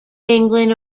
england